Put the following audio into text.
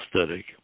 aesthetic